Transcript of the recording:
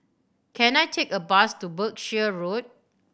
can I take a bus to Berkshire Road